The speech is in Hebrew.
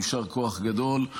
יישר כוח גדול.